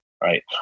right